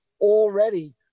already